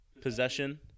Possession